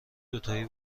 دوتایی